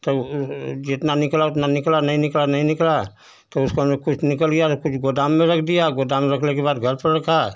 तो जितना निकला उतना निकला नहीं निकला नहीं निकला तो उसको हमने कुछ निकल गया तो कुछ गोदाम में रख दिया गोदाम में रखने के बाद घर पर रखा